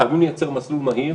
חייבים לייצר מסלול מהיר